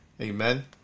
Amen